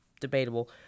debatable